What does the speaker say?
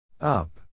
Up